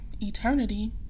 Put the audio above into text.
eternity